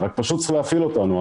רק פשוט צריך להפעיל אותנו.